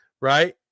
right